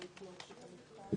את ההסתייגויות שהוגשו בשמנו.